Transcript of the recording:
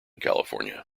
california